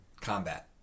combat